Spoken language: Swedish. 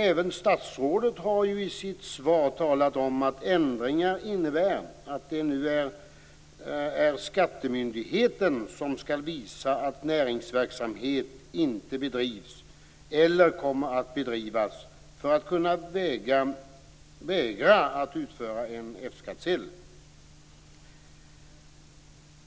Även statsrådet har i sitt svar talat om att ändringen innebär att det nu är skattemyndigheten som skall visa att näringsverksamhet inte bedrivs eller inte kommer att bedrivas för att kunna vägra att utfärda en